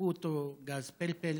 תקפו אותו בגז פלפל